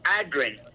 Adrian